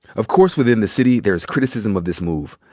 of course within the city there's criticism of this move.